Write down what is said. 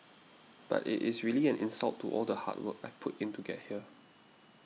but it is really an insult to all the hard work I've put in to get here